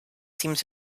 seems